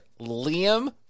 Liam